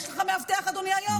יש לך מאבטח, אדוני היו"ר?